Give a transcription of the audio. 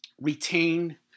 retain